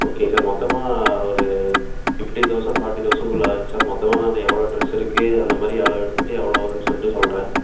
okay sir மொத்தமாக ஒரு fifty thousand forty தௌசண்ட்குள்ளே ஆகும் சார் மொத்தமாக நான் எவ்வளோ ட்ரெஸ் இருக்கு அந்த மாதிரி அளவெடுத்துவிட்டு எவ்வளோ வருன்னு சொல்லிட்டு சொல்லுறேன்